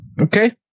Okay